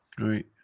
Right